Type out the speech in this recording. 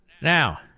Now